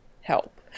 help